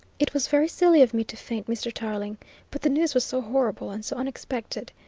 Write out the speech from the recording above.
it was very silly of me to faint, mr. tarling but the news was so horrible and so unexpected.